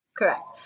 Correct